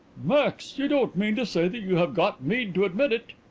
max! you don't mean to say that you have got mead to admit it?